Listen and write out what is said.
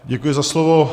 Děkuji za slovo.